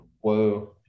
Whoa